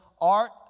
Art